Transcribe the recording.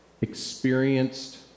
experienced